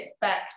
back